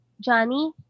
Johnny